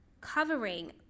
covering